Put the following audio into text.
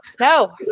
no